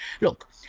Look